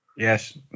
Yes